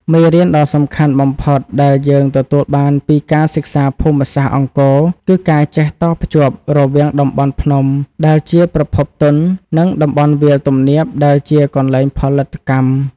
មេរៀនដ៏សំខាន់បំផុតដែលយើងទទួលបានពីការសិក្សាភូមិសាស្ត្រអង្គរ គឺការចេះតភ្ជាប់រវាង តំបន់ភ្នំដែលជាប្រភពទុន និង តំបន់វាលទំនាបដែលជាកន្លែងផលិតកម្ម។